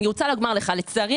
לצערי,